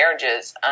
marriages